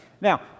Now